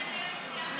אני אגיד לך למה.